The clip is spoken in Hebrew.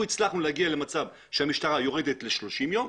אנחנו הצלחנו להגיע למצב שהמשטרה יורדת ל-30 יום.